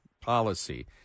policy